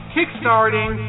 Kickstarting